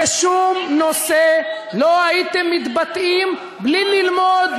בשום נושא לא הייתם מתבטאים בלי ללמוד,